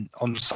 on